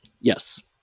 Yes